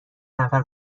نفر